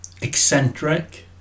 eccentric